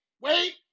wait